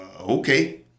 Okay